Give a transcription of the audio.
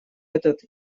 этот